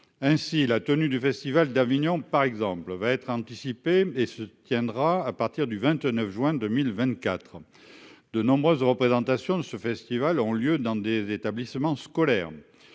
Ainsi la tenue du festival d'Avignon par exemple va être. Et se tiendra à partir du 29 juin 2024. De nombreuses représentations de ce festival ont lieu dans des établissements scolaires.